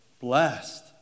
blessed